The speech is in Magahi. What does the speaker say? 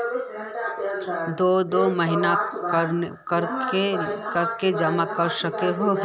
दो दो महीना कर के जमा कर सके हिये?